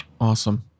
Awesome